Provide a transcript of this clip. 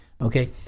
Okay